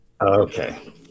Okay